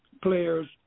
players